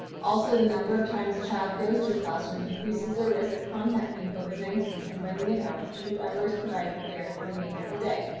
also, the number of times a child goes to a classroom increases their risk of contracting covid nineteen and bringing it home to whoever is providing care for the remainder of the day,